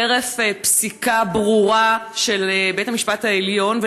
חרף פסיקה ברורה של בית המשפט העליון,